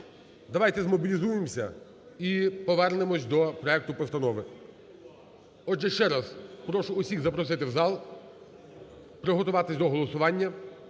Давайте змобілізуємося і повернемось до проекту постанови. Отже, ще раз прошу усіх запросити в зал, приготуватись до голосування.